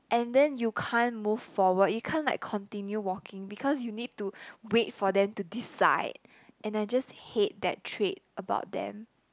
and then you can't move forward you can't like continue walking because you need to wait for them to decide and I just hate that trait about them